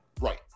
Right